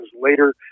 later